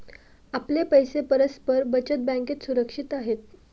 आपले पैसे परस्पर बचत बँकेत सुरक्षित आहेत